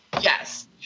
Yes